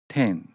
ten